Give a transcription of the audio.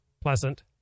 pleasant